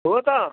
हो त